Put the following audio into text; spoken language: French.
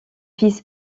fils